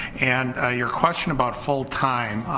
and your question about full time.